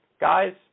Guys